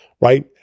Right